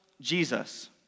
Jesus